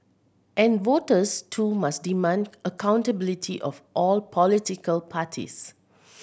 and voters too must demand accountability of all political parties